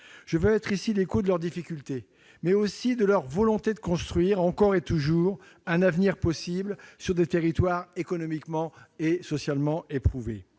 Je veux me faire ici l'écho de leurs difficultés, mais aussi de leur volonté de construire, encore et toujours, un avenir possible sur des territoires économiquement et socialement éprouvés.